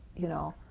you know?